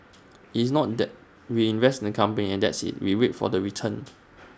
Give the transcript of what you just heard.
IT is not that we invest in the company and that's IT we wait for the return